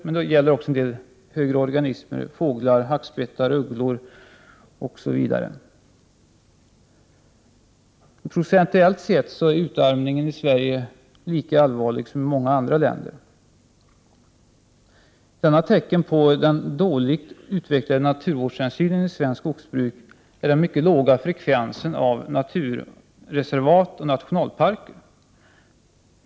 Men det gäller också en del andra organismer längre upp på skalan, exempelvis fåglar — hackspettar, ugglor osv. Procentuellt är utarmningen i Sverige lika allvarlig som utarmningen i många andra länder. Ett tecken på den dåligt utvecklade naturvårdshänsy nen i svenskt skogsbruk är den mycket låga frekvensen av naturreservat och nationalparker.